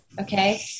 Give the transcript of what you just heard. okay